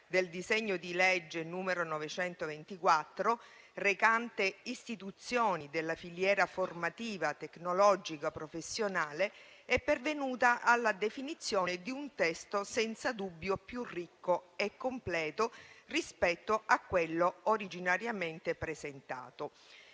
del disegno di legge n. 924, recante istituzione della filiera formativa tecnologico-professionale, è pervenuta alla definizione di un testo senza dubbio più ricco e completo rispetto a quello originariamente presentato,